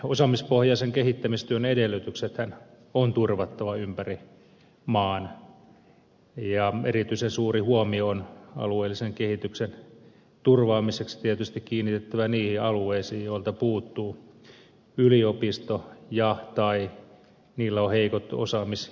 osaamispohjaisen kehittämistyön edellytyksethän on turvattava ympäri maan ja erityisen suuri huomio on alueellisen kehityksen turvaamiseksi tietysti kiinnitettävä niihin alueisiin joilta puuttuu yliopisto tai joilla on heikot osaamisinstituutiot